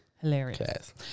Hilarious